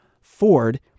Ford